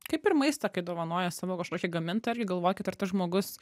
kaip ir maistą kai dovanoja savo kažkokį gamintą irgi galvokit ar tas žmogus